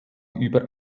über